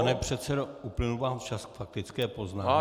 Pane předsedo, uplynul vám čas k faktické poznámce.